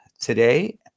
today